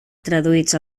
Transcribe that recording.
traduïts